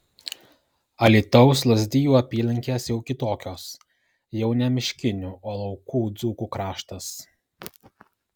alytaus lazdijų apylinkės jau kitokios jau ne miškinių o laukų dzūkų kraštas